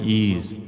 ease،